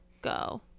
go